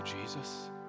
Jesus